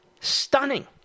stunning